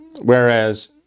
whereas